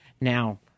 Now